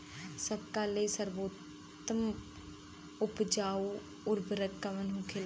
सबका ले सर्वोत्तम उपजाऊ उर्वरक कवन होखेला?